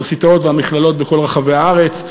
האוניברסיטאות והמכללות בכל רחבי הארץ.